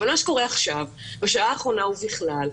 אבל מה שקורה עכשיו בשעה האחרונה ובכלל,